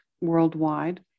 worldwide